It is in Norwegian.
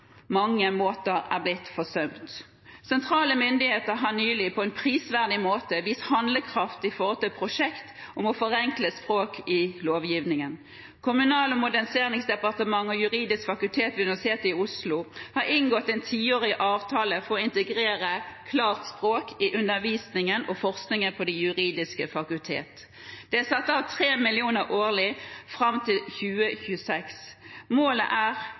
mange måter er blitt forsømt. Sentrale myndigheter har nylig, på en prisverdig måte, vist handlekraft i forbindelse med et prosjekt om forenklet språk i lovgivningen. Kommunal- og moderniseringsdepartementet og Det juridiske fakultet ved Universitetet i Oslo har inngått en tiårig avtale om å integrere klart språk i undervisningen og forskningen ved Det juridiske fakultet. Det er satt av 3 mill. kr årlig fram til 2026. Målet er